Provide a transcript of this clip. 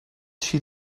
she